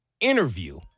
interview